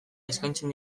eskaintzen